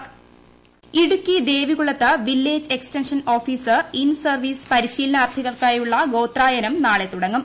ഗോത്രായനം ഇടുക്കി ദേവികുളത്ത് village extension officer in service പരിശീലനാർത്ഥികൾക്കായുള്ള ഗോത്രായനം നാളെ തുടങ്ങും